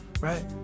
right